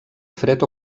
fred